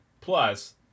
Plus